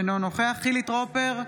אינו נוכח חילי טרופר,